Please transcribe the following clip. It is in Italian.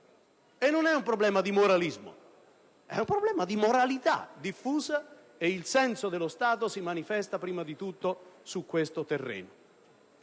Non è un problema di moralismo, è un problema di moralità diffusa e il senso dello Stato si manifesta prima di tutto su questo terreno.